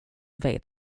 vet